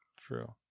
True